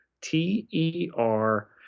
T-E-R